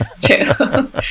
True